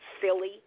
silly